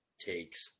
takes